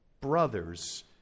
brothers